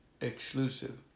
exclusive